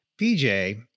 PJ